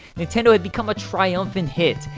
nintendo had become a triumphant hit.